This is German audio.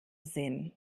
sehen